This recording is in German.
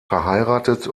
verheiratet